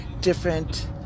different